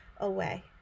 away